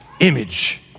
image